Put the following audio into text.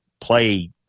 play